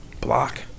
block